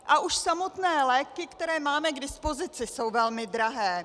A už samotné léky, které máme k dispozici, jsou velmi drahé.